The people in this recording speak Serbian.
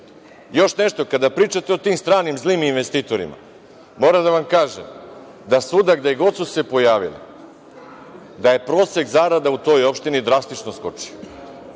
tržištu. Kada pričate o tim stranim zlim investitorima, moram da vam kažem da svuda gde god su se pojavili da je prosek zarada u toj opštini drastično skočio